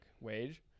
wage